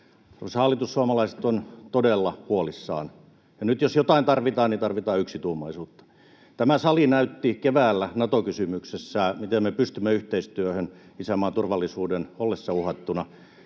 Arvoisa hallitus, suomalaiset ovat todella huolissaan, ja nyt jos jotain tarvitaan, niin tarvitaan yksituumaisuutta. Tämä sali näytti keväällä Nato-kysymyksessä, miten me pystymme yhteistyöhön isänmaan turvallisuuden ollessa uhattuna,